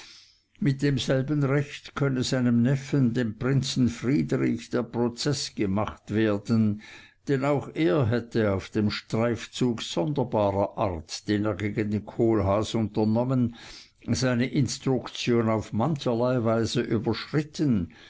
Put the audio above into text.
mit demselben rechte könne seinem neffen dem prinzen friedrich der prozeß gemacht werden denn auch er hätte auf dem streifzug sonderbarer art den er gegen den kohlhaas unternommen seine instruktion auf mancherlei weise überschritten